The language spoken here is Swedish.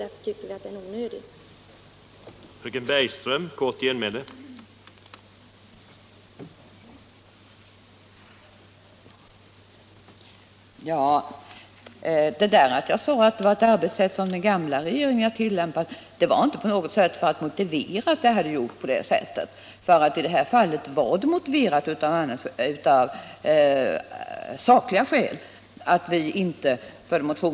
Därför tycker vi att en sådan lag är onödig.